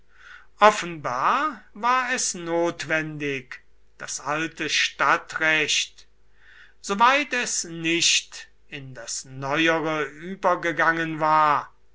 offenbar war es notwendig das alte stadtrecht soweit es nicht in das neuere übergegangen war